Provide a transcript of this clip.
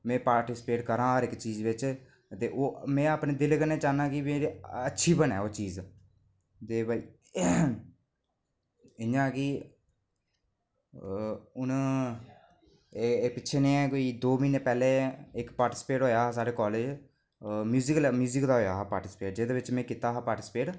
में पार्टिसीपेट करां हर इक चीज बिच्च में दिलै कन्नै चह्न्ना कि अच्छी बनै ओह् चीज ते भाई इयां ऐ कि हून कोई दो म्हीने पैह्लें इक पार्टिसिपेट होया हा साढ़े कालेज म्यूजिक दा होया हा पार्टिसीपेट जेह्दे च में कीता हा पार्टिसिपेट